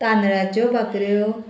तांदळाच्यो बाकऱ्यो